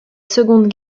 seconde